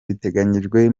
biteganyijwe